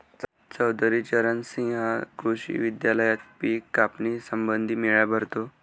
चौधरी चरण सिंह कृषी विद्यालयात पिक कापणी संबंधी मेळा भरतो